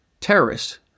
terrorists